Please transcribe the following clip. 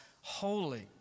holy